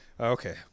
Okay